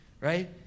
right